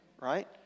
right